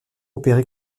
opérées